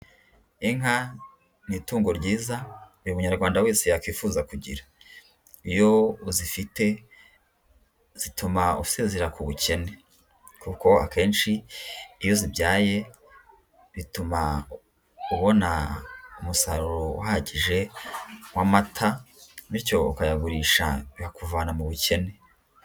Inka ni itungo ryiza buri munyarwanda wese yakwifuza kugira, iyo uzifite zituma usezera ku bukene kuko akenshi iyo uzibyaye bituma ubona umusaruro uhagije w'amata, bityo ukayagurisha bikakuvana mu bukene.